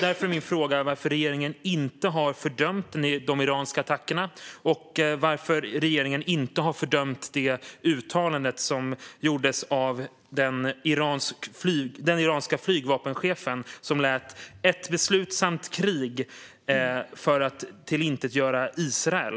Därför är min fråga varför regeringen inte har fördömt de iranska attackerna och varför regeringen inte har fördömt det uttalande som gjordes av den iranske flygvapenchefen om att man är beredd på ett beslutsamt krig för att tillintetgöra Israel.